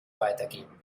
weitergeben